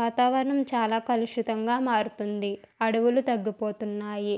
వాతావరణం చాలా కలుషితంగా మారుతుంది అడవులు తగ్గిపోతున్నాయి